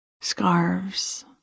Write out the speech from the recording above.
scarves